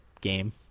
game